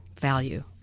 value